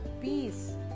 peace